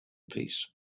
peace